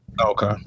Okay